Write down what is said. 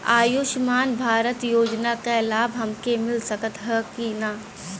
आयुष्मान भारत योजना क लाभ हमके मिल सकत ह कि ना?